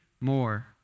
more